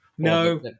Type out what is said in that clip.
No